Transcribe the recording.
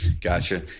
Gotcha